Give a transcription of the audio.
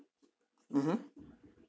mmhmm